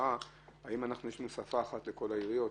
האם יש שפה אחת לכל העיריות?